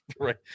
Right